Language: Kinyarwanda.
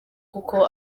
koko